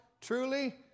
truly